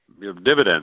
dividends